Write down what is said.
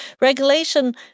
Regulation